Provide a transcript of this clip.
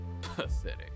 Pathetic